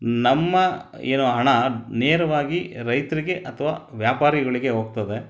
ನಮ್ಮ ಏನು ಹಣ ನೇರವಾಗಿ ರೈತರಿಗೆ ಅಥವಾ ವ್ಯಾಪಾರಿಗಳಿಗೆ ಹೋಗ್ತದೆ